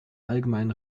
allgemeinen